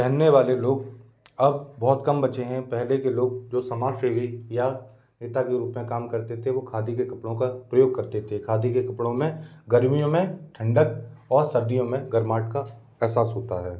पहनने वाले लोग अब बहुत कम बच्चे हैं पहले के लोग जो समाज सेवी या नेता के रूप में काम करते थे वो खादी के कपड़ों का प्रयोग करते थे खादी के कपड़ों में गर्मियों में ठंढक और सर्दियों में गर्माहट का एहसास होता है